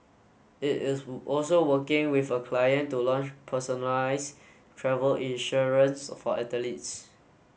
it is also working with a client to launch personalised travel insurance for athletes